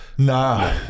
nah